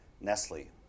Nestle